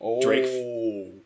Drake